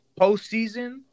postseason